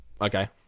okay